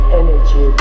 energy